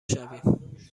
شویم